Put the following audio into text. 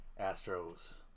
Astros